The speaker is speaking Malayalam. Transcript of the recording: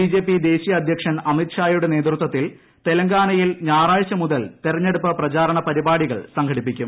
ബിജെപി ദേശീയ അധ്യക്ഷൻ അമിത്ഷായുടെ നേതൃത്വത്തിൽ തെലങ്കാനയിൽ ഞായറാഴ്ച മുതൽ തെരഞ്ഞെടുപ്പ് പ്രചാരണ പരിപാടികൾ സംഘടിപ്പിക്കും